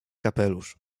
kapelusz